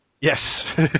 Yes